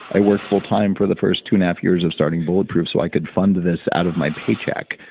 i worked full time for the first two-and-a-half years of starting bulletproof so i could fund this out of my paycheck.